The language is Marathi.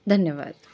धन्यवाद